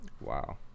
Wow